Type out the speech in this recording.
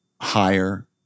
higher